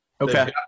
Okay